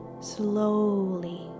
slowly